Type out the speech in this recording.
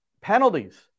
Penalties